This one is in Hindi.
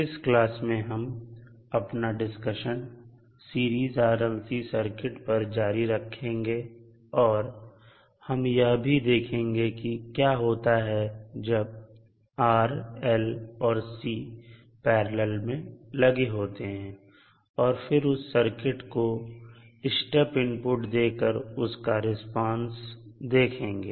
इस क्लास में हम अपना डिस्कशन सीरीज RLC सर्किट पर जारी रखेंगे और हम यह भी देखेंगे कि क्या होता है जब R L और C पैरलल में लगे होते हैं और फिर उस सर्किट को स्टेप इनपुट देकर उसका रिस्पॉन्स देखेंगे